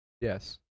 Yes